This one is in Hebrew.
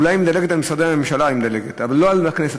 אולי היא מדלגת על משרדי הממשלה, אבל לא על הכנסת.